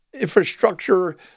infrastructure